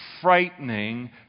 frightening